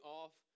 off